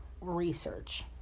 research